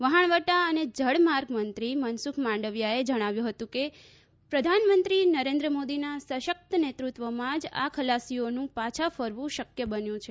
વહાણવટા અને જળમાર્ગ મંત્રી મનસુખ માંડવીયાએ જણાવ્યું હતું કે પ્રધાનમંત્રી નરેન્દ્ર મોદીના સશક્ત નેતૃત્વમાં જ આ ખલાસીઓનું પાછા ફરવું શક્ય બન્યું છે